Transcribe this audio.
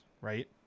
right